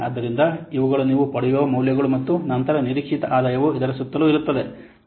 ಆದ್ದರಿಂದ ಇವುಗಳು ನೀವು ಪಡೆಯುವ ಮೌಲ್ಯಗಳು ಮತ್ತು ನಂತರ ನಿರೀಕ್ಷಿತ ಆದಾಯವು ಇದರ ಸುತ್ತಲೂ ಇರುತ್ತದೆ